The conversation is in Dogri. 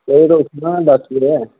आउं ते उट्ठना दस बजे